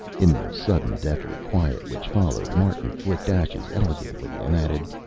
in the sudden, deathly quiet which followed, martin flicked ashes elegantly and added,